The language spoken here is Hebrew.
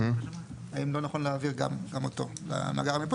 האם לא נכון להעביר גם אותו למאגר המיפוי?